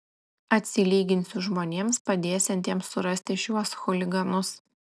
atsilyginsiu žmonėms padėsiantiems surasti šiuos chuliganus